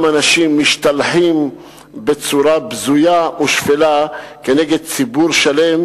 אנשים משתלחים בצורה בזויה ושפלה כנגד ציבור שלם,